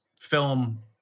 film